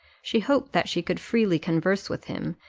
she hoped that she could freely converse with him,